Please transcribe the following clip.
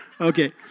Okay